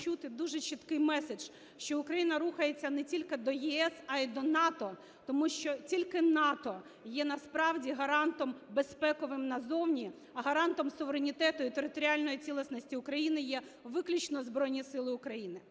дуже чіткий меседж, що Україна рухається не тільки до ЄС, а й до НАТО. Тому що тільки НАТО є насправді гарантом безпековим назовні, а гарантом суверенітету і територіальної цілісності України є виключно Збройні Сили України.